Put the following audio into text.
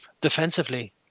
defensively